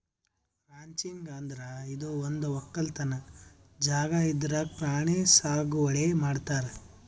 ranching ಅಂದ್ರ ಇದು ಒಂದ್ ವಕ್ಕಲತನ್ ಜಾಗಾ ಇದ್ರಾಗ್ ಪ್ರಾಣಿ ಸಾಗುವಳಿ ಮಾಡ್ತಾರ್